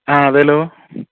ആ അതേലോ